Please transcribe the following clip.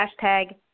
hashtag